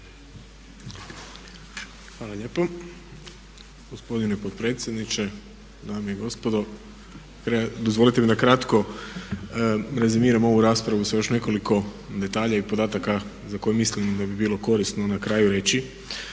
Hvala lijepo gospodine potpredsjedniče, dame i gospodo. Dozvolite mi da kratko rezimiram ovu raspravu sa još nekoliko detalja i podataka za koje mislim da bi bilo korisno na kraju reći.